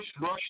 rush